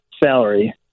Salary